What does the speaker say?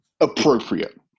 appropriate